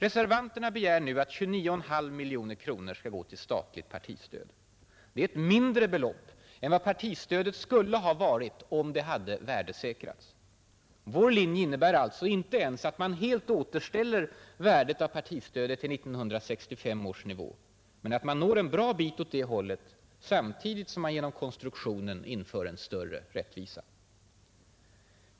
Reservanterna begär nu att 29,5 miljoner kronor skall gå till statligt partistöd. Det är ett mindre belopp än vad partistödet skulle ha varit om det hade värdesäkrats. Vår linje innebär alltså inte ens att man helt återställer värdet av partistödet till 1965 års nivå men att man når en bra bit åt det hållet samtidigt som man genom konstruktionen inför en större rättvisa.